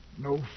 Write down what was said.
no